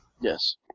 Yes